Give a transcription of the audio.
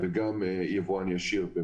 וגם יבואן ישיר.